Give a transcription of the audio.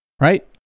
right